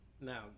Now